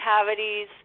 cavities